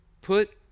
Put